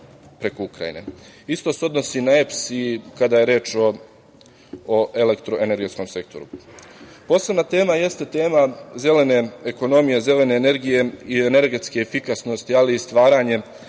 preko Ukrajine. Isto se odnosi na EPS i kada je reč o elektro-energetskom sektoru. Posebna tema jeste tema zelene ekonomije, zelene energije i energetske efikasnosti, ali i stvaranje